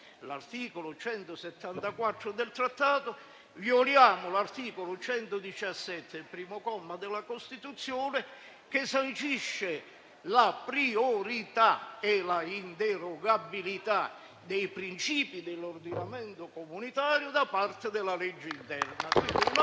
l'articolo 174 del Trattato, violiamo l'articolo 117, primo comma, della Costituzione, che sancisce la priorità e la inderogabilità dei principi dell'ordinamento comunitario da parte della legge interna.